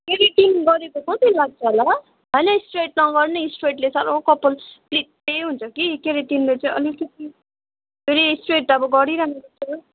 keratin गरेको कति लाग्छ होला होइन स्ट्रेट नगर्ने स्ट्रेटले साह्रो कपल प्लित्तै हुन्छ कि केरेटिनले चाहिँ अलिकिति फेरि स्ट्रेट अब गरिरहनु पर्छ